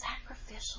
sacrificial